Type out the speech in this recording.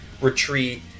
retreat